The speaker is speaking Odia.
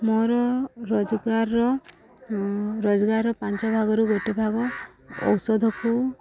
ମୋର ରୋଜଗାରର ରୋଜଗାର ପାଞ୍ଚ ଭାଗରୁ ଗୋଟେ ଭାଗ ଔଷଧକୁ